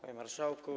Panie Marszałku!